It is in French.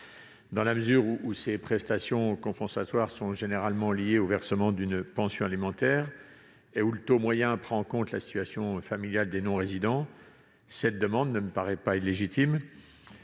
Dans la mesure où ces prestations compensatoires sont généralement liées au versement d'une pension alimentaire et où le taux moyen prend en compte la situation familiale des non-résidents, cette demande ne me paraît pas illégitime.